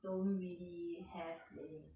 don't really have leh